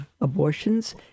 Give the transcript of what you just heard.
abortions